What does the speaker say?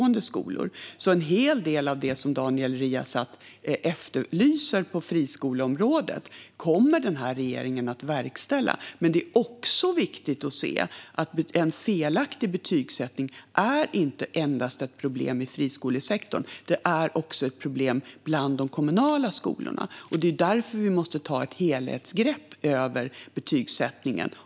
En hel del av det som Daniel Riazat efterlyser på friskoleområdet kommer regeringen alltså att verkställa. Men det är också viktigt att inse att en felaktig betygsättning inte är ett problem endast i friskolesektorn, utan det är också ett problem bland de kommunala skolorna. Därför måste vi ta ett helhetsgrepp om betygsättningen.